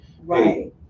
Right